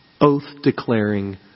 oath-declaring